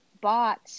bought